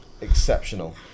exceptional